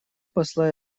посла